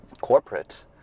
corporate